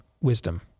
Wisdom